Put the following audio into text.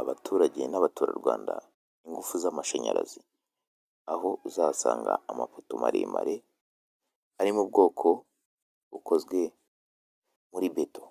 abaturage n'abaturarwanda ingufu z'amashanyarazi, aho uzahasanga amapoto maremare, ari mu bwoko bukozwe muri beto.